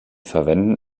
verwenden